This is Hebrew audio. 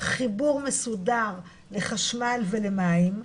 חיבור מסודר לחשמל ולמים,